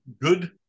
good